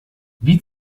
wie